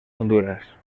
honduras